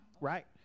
Right